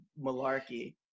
malarkey